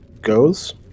goes